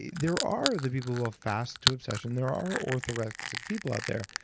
there are the people who will fast to obsession. there are orthorexic people out there.